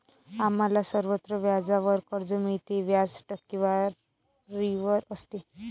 आम्हाला सर्वत्र व्याजावर कर्ज मिळते, व्याज टक्केवारीवर असते